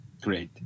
Great